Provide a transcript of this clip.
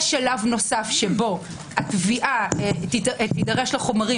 יש שלב נוסף שבו התביעה תידרש לחומרים